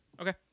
Okay